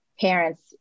Parents